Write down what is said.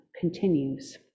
continues